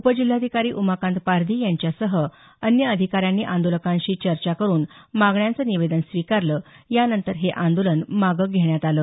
उपजिल्हाधिकारी उमाकांत पारधी यांच्यासह अन्य अधिकाऱ्यांनी आंदोलकांशी चर्चा करून मागण्यांचं निवेदन स्वीकारलं यानंतर हे आंदोलन मागे घेण्यात आलं